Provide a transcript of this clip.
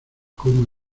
cómo